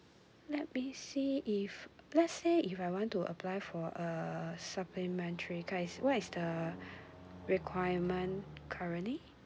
let me see if let's say if I want to apply for a supplementary card is what's the requirement currently